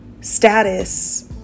status